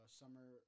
summer